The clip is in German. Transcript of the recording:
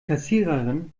kassiererin